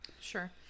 Sure